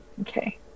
Okay